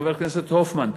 חבר הכנסת הופמן,